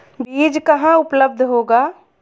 बीज कहाँ उपलब्ध होगा?